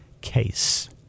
case